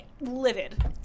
livid